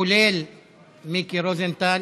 כולל מיקי רוזנטל,